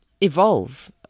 evolve